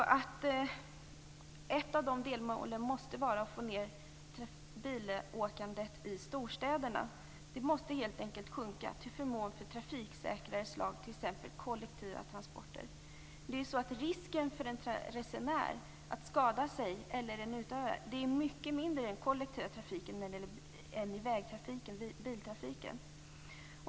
Ett av delmålen måste vara att få ned bilåkandet i storstäderna. Det måste helt enkelt minska till förmån för trafiksäkrare transportslag, t.ex. kollektiva transporter. Risken för en resenär att skada sig eller dö är mycket mindre i den kollektiva trafiken än i biltrafiken.